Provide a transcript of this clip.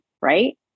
Right